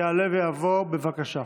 יעלה ויבוא, בבקשה.